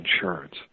insurance